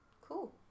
Cool